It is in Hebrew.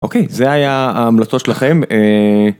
אוקיי זה היה ההמלצות שלכם.